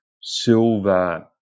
silver